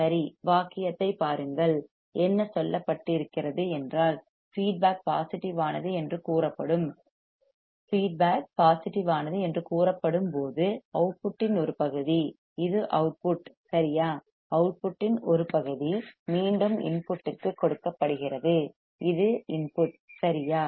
சரி வாக்கியத்தைப் பாருங்கள் என்ன சொல்லப்பட்டிருக்கிறது என்றால் ஃபீட்பேக் பாசிட்டிவ் ஆனது என்று கூறப்படும் ஃபீட்பேக் பாசிட்டிவ் ஆனது என்று கூறப்படும் போது அவுட்புட்டின் ஒரு பகுதி இது அவுட்புட் சரியா அவுட்புட்டின் ஒரு பகுதி மீண்டும் இன்புட்ற்கு கொடுக்கப்படுகிறது இது இன்புட் சரியா